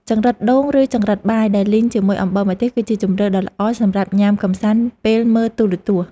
ចង្រិតដូងឬចង្រិតបាយដែលលីងជាមួយអំបិលម្ទេសគឺជាជម្រើសដ៏ល្អសម្រាប់ញ៉ាំកម្សាន្តពេលមើលទូរទស្សន៍។